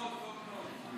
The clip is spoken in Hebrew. את